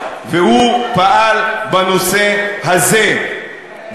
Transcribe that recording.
הוא פעל בנושא הזה,